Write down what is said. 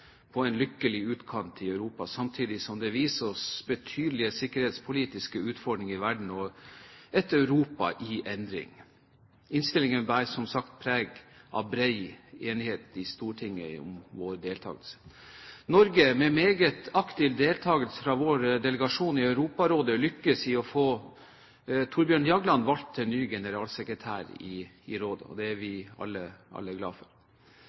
på mange måter nå blitt Norges kjerne i deltakelsen i det utenrikspolitiske arbeidet. Innstillingene gir oss også et tydelig bilde av at Norge fortsatt befinner seg i en lykkelig utkant i Europa, samtidig som det viser betydelige sikkerhetspolitiske utfordringer i verden, og et Europa i endring. Innstillingene bærer som sagt preg av bred enighet i Stortinget om vår deltakelse. Norge – med meget aktiv deltakelse fra vår delegasjon i Europarådet – lyktes i å